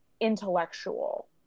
intellectual